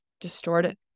distorted